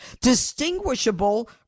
distinguishable